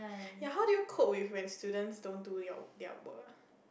ya how do you cope with when students don't do your their work ah